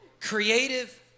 Creative